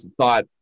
thought